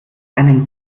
einen